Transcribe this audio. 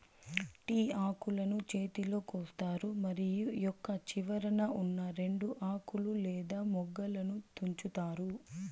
tea ఆకులను చేతితో కోస్తారు మరియు మొక్క చివరన ఉన్నా రెండు ఆకులు లేదా మొగ్గలను తుంచుతారు